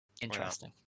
Interesting